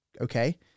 okay